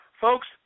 Folks